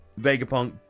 Vegapunk